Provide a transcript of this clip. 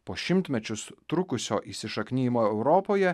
po šimtmečius trukusio įsišaknijimo europoje